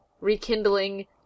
rekindling